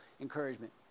encouragement